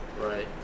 Right